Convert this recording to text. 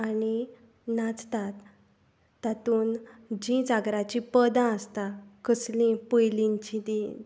आनी नाचतात तातूंत जीं जागराची पदां आसता कसलीं पयलींचीं तीं